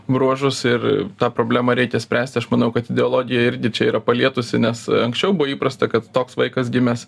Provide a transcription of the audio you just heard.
bruožus ir tą problemą reikia spręsti aš manau kad ideologija ir čia yra palietusi nes anksčiau buvo įprasta kad toks vaikas gimęs